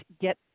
get